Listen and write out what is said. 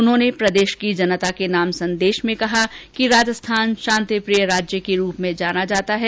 उन्होंने प्रदेश की जनता के नाम संदेश में कहा कि राजस्थान शांतिप्रिय राज्य के रुप मे जाना जाता है